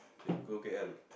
you go K_L